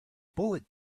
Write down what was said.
bullet